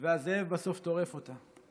והזאב בסוף טורף אותה.